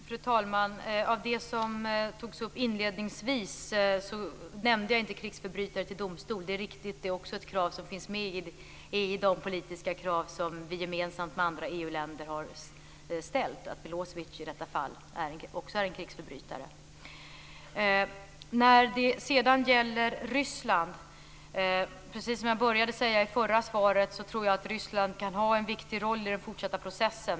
Fru talman! I det som togs upp inledningsvis nämnde jag inte detta med krigsförbrytare till domstol. Men det är riktigt att det också finns med bland de politiska krav som vi tillsammans med andra EU länder har ställt. Också Milosevic är i detta fall en krigsförbrytare. Sedan gäller det Ryssland. Precis som jag började att säga i det förra svaret tror jag att Ryssland kan ha en viktig roll i den fortsatta processen.